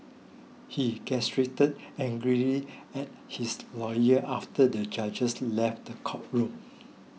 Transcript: he gestured angrily at his lawyers after the judges left the courtroom